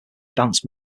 dance